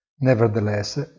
Nevertheless